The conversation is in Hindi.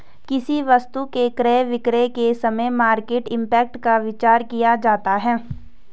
किसी वस्तु के क्रय विक्रय के समय मार्केट इंपैक्ट का विचार किया जाता है